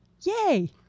Yay